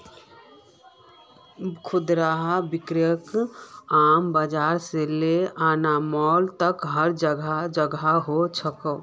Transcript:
खुदरा बिक्री आम बाजार से ले नया मॉल तक हर जोगह हो छेक